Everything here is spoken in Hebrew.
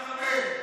אתה מרמה.